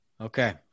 Okay